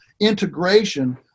integration